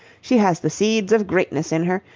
she has the seeds of greatness in her,